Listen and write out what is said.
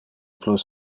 plus